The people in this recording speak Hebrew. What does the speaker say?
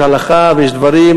יש הלכה ויש דברים,